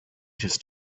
just